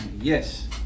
yes